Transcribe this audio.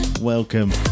welcome